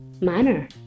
manner